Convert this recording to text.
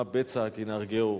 מה בצע כי נהרגהו,